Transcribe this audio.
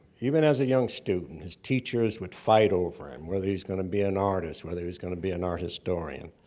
even as a young student, his teachers would fight over him, whether he was gonna be an artist, whether he was gonna be an art historian.